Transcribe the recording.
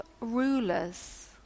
rulers